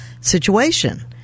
situation